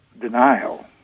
denial